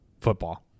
football